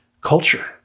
culture